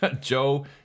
Joe